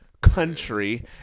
country